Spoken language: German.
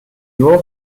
nur